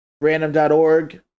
Random.org